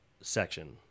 section